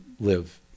live